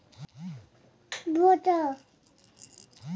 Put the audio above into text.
सरसों के फसल में लाही लगे से बचावे खातिर की करे के चाही?